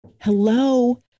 Hello